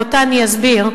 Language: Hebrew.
ואותה אני אסביר,